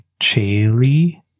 Chaley